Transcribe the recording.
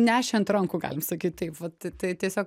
nešė ant rankų galim sakyt taip vat tai tiesiog